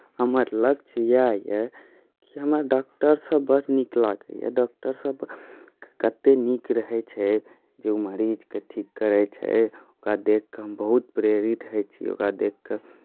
हमर लक्ष्य इएह यए कि हमरा डॉक्टरसभ बड़ नीक लागैए डॉक्टरसभ कतेक नीक रहै छै जे ओ मरीजकेँ ठीक करैत छै ओकरा देखि कऽ हम बहुत प्रेरित होइत छियै ओकरा देखि कऽ